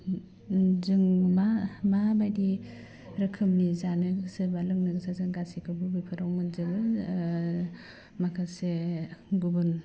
होम उम जोंनो मा मा बायदि रोखोमनि जानो गोसो बा लोंनो गोसो जों गासिबखौबो बेफोराव मोनजोबो ओह माखासे गुबुन